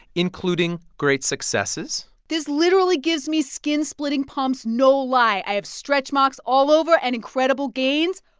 including great successes this literally gives me skin-splitting pumps no lie. i have stretch marks all over, and incredible gains.